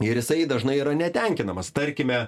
ir jisai dažnai yra netenkinamas tarkime